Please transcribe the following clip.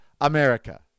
America